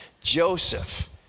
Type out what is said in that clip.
Joseph